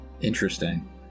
Interesting